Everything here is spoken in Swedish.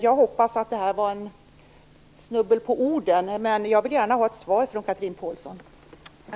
Jag hoppas att Chatrine Pålsson snubblade på orden, men jag vill gärna ha ett svar från henne.